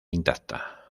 intacta